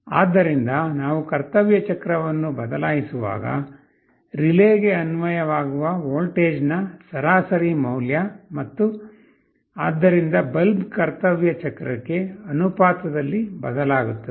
ಆದ್ದರಿಂದ ನಾವು ಕರ್ತವ್ಯ ಚಕ್ರವನ್ನು ಬದಲಾಯಿಸುವಾಗ ರಿಲೇಗೆ ಅನ್ವಯವಾಗುವ ವೋಲ್ಟೇಜ್ನ ಸರಾಸರಿ ಮೌಲ್ಯ ಮತ್ತು ಆದ್ದರಿಂದ ಬಲ್ಬ್ ಕರ್ತವ್ಯ ಚಕ್ರಕ್ಕೆ ಅನುಪಾತದಲ್ಲಿ ಬದಲಾಗುತ್ತದೆ